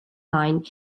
line